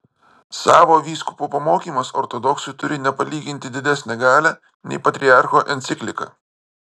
savo vyskupo pamokymas ortodoksui turi nepalyginti didesnę galią nei patriarcho enciklika